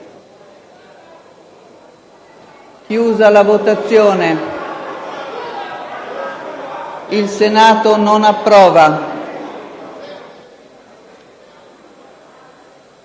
chiusa la votazione. **Il Senato non approva**.